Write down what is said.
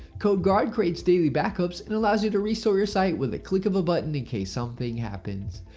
codeguard creates daily backups and allows you to restore your site with a click of a button in case something happens.